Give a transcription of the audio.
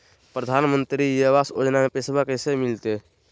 प्रधानमंत्री आवास योजना में पैसबा कैसे मिलते?